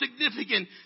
significant